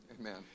Amen